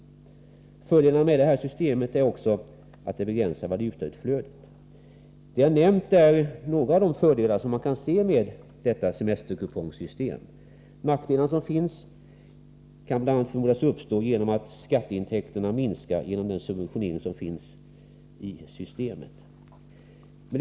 En annan fördel med ett sådant sparsystem är att valutautflödet skulle begränsas. Vad jag här nämnt är några av de fördelar som man kan förvänta sig av ett system med s.k. semesterkuponger av detta slag. När det gäller nackdelarna förmodas sådana uppstå bl.a. genom att skatteintäkterna minskar till följd av den subventionering som finns inbyggd i systemet.